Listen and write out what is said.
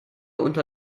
unter